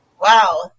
wow